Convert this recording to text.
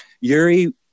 yuri